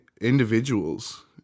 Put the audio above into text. individuals